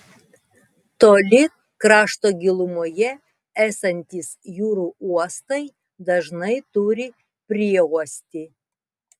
toli krašto gilumoje esantys jūrų uostai dažnai turi prieuostį